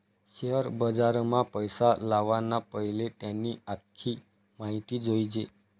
share बजारमा पैसा लावाना पैले त्यानी आख्खी माहिती जोयजे